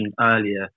earlier